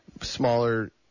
smaller